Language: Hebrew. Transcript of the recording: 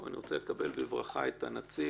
אני רוצה לקבל בברכה את הנציב,